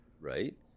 right